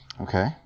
Okay